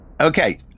Okay